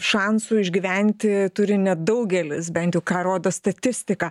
šansų išgyventi turi nedaugelis bent jau ką rodo statistika